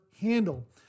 handle